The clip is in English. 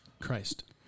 Christ